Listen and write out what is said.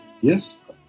yes